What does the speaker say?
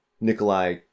Nikolai